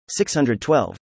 612